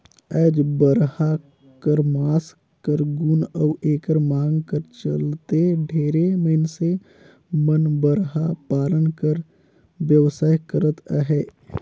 आएज बरहा कर मांस कर गुन अउ एकर मांग कर चलते ढेरे मइनसे मन बरहा पालन कर बेवसाय करत अहें